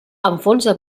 enfonsa